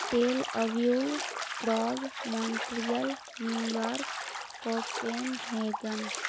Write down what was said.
تیل Aviv Prague Montreal New York کوک pain ہیگن